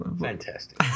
fantastic